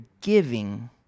giving